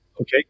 Okay